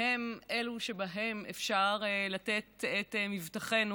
הם אלה שבהם אפשר לתת את מבטחנו,